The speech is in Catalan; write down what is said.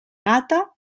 gata